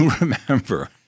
remember